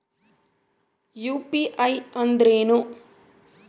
UPI ಅಂದ್ರೇನು?